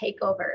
takeover